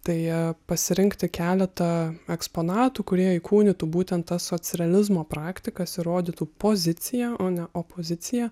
deja pasirinkti keletą eksponatų kurie įkūnytų būtent socrealizmo praktikas ir rodytų poziciją o ne opoziciją